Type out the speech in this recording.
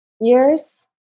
years